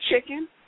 chicken